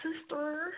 sister